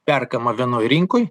perkama vienoj rinkoj